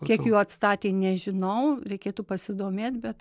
kiek jų atstatė nežinau reikėtų pasidomėt bet